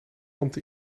anti